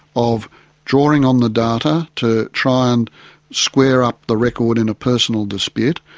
of drawing on the data to try and square up the record in a personal dispute.